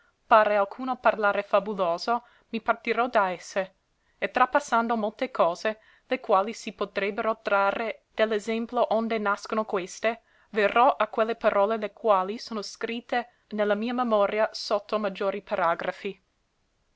pare alcuno parlare fabuloso mi partirò da esse e trapassando molte cose le quali si potrebbero trarre de l'esemplo onde nascono queste verrò a quelle parole le quali sono scritte ne la mia memoria sotto maggiori paragrafi